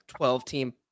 12-team